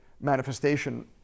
manifestation